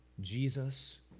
Jesus